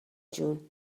جون